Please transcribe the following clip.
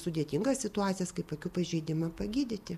sudėtingas situacijas kaip akių pažeidimą pagydyti